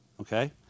Okay